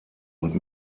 und